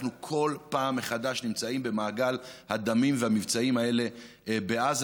אנחנו כל פעם מחדש נמצאים במעגל הדמים והמבצעים האלה בעזה,